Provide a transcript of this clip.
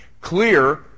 Clear